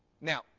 Now